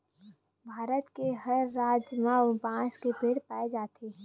भारत के हर राज म बांस के पेड़ पाए जाथे